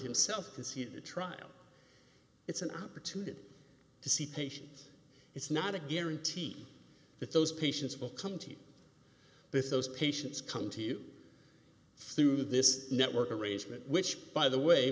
himself can see the trial it's an opportunity to see patients it's not a guarantee that those patients will come to this those patients come to you through this network arrangement which by the way